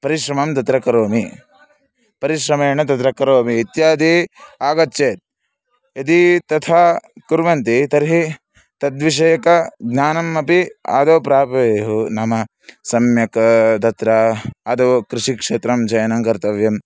परिश्रमं तत्र करोमि परिश्रमेण तत्र करोमि इत्यादि आगच्छेत् यदि तथा कुर्वन्ति तर्हि तद्विषयकं ज्ञानम् अपि आदौ प्रापयेयुः नाम सम्यक् तत्र आदौ कृषिक्षेत्रं चयनं कर्तव्यम्